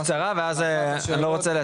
בקצרה ואז אנחנו נמשיך.